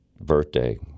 birthday